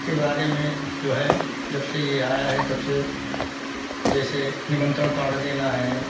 के बारे में जो है जब से यह आया है तब से जैसे निमंत्रण कार्ड देना है